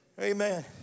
Amen